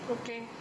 okay